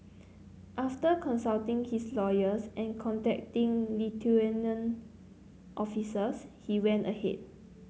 after consulting his lawyer and contacting Lithuanian officials he went ahead